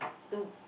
two